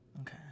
Okay